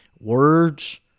Words